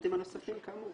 לשירותים הנוספים כאמור.